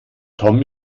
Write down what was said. tom